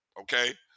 okay